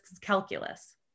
calculus